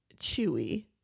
chewy